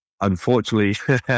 Unfortunately